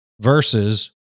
versus